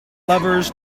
lovers